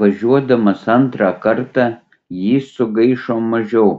važiuodamas antrą kartą jis sugaišo mažiau